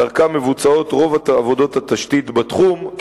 שדרכה מבוצעות רוב עבודות התשתית בתחום,